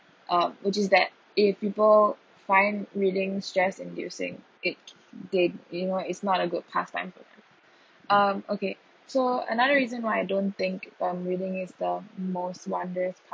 uh which is that if people find reading stress inducing eh they they know is not a good pastime for them um okay so another reason why I don't think um reading is the most wonderous